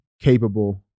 capable